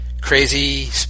crazy